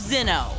Zinno